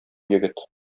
егет